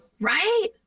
right